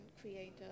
create